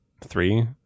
three